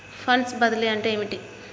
Funds బదిలీ అంటే ఏమిటి?